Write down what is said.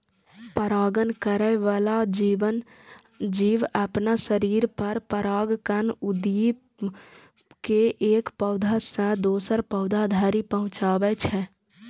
परागण करै बला जीव अपना शरीर पर परागकण उघि के एक पौधा सं दोसर पौधा धरि पहुंचाबै छै